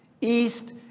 East